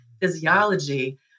physiology